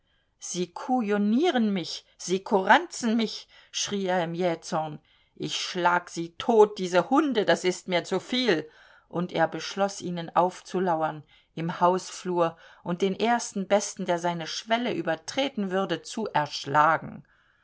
sie kujonieren mich sie kuranzen mich schrie er im jähzorn ich schlag sie tot diese hunde das ist mir zu viel und er beschloß ihnen aufzulauern im hausflur und den ersten besten der seine schwelle übertreten würde zu erschlagen